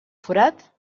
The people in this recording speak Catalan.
forat